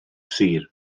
sir